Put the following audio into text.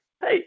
Hey